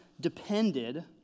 depended